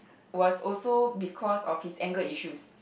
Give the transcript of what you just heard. was also because of his anger issues